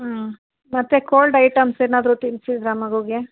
ಹಾಂ ಮತ್ತು cold items ಏನಾದರು ತಿನ್ನಿಸಿದ್ರಾ ಮಗುಗೆ